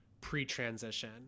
pre-transition